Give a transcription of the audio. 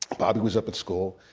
bobby was up at school.